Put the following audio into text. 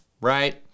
right